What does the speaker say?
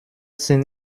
sind